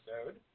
episode